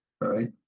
right